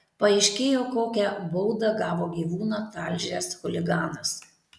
paaiškėjo kokią baudą gavo gyvūną talžęs chuliganas